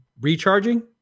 recharging